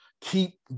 keep